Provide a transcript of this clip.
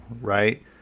right